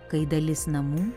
kai dalis namų